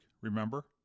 remember